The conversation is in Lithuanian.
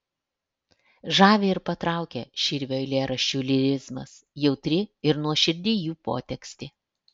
žavi ir patraukia širvio eilėraščių lyrizmas jautri ir nuoširdi jų potekstė